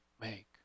make